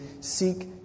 seek